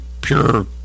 pure